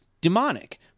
demonic